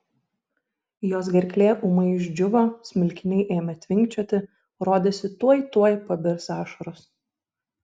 jos gerklė ūmai išdžiūvo smilkiniai ėmė tvinkčioti rodėsi tuoj tuoj pabirs ašaros